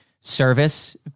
service